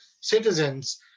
citizens